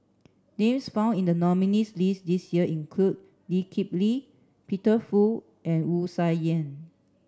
names found in the nominees' list this year include Lee Kip Lee Peter Fu and Wu Tsai Yen